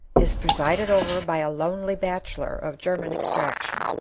is presided over by a lonely bachelor of german extraction,